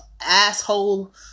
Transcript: asshole